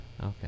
Okay